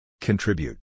Contribute